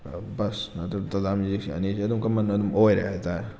bus ꯅꯠꯇ꯭ꯔꯒ ꯇꯇꯥ ꯃꯦꯖꯤꯛꯁꯦ ꯑꯅꯤꯁꯦ ꯑꯗꯨꯝ ꯀꯃꯟ ꯑꯗꯨꯝ ꯑꯣꯏꯔꯦ ꯍꯥꯏ ꯇꯥꯔꯦ